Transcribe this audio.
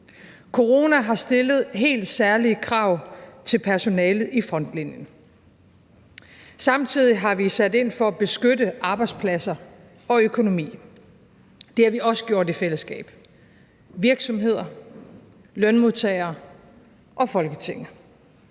Coronaen har stillet helt særlige krav til personalet i frontlinjen. Samtidig har vi sat ind for at beskytte arbejdspladser og økonomi. Det har vi også gjort i fællesskab; virksomheder, lønmodtagere og Folketinget.